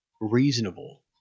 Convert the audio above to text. reasonable